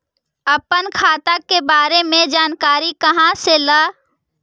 अपन खाता के बारे मे जानकारी कहा से ल?